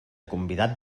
convidat